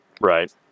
Right